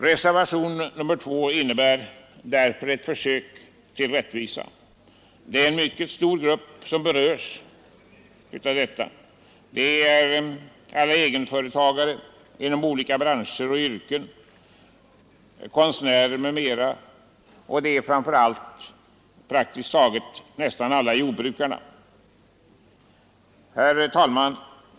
Reservationen 2 innebär ett försök att skapa rättvisa. Det är en mycket stor grupp som berö v detta: alla egenföretag; inom olika branscher och yrken, konstnärer m.fl. och framför allt praktiskt taget alla jordbrukare. Herr talman!